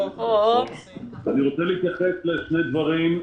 אני רוצה להתייחס לשני דברים,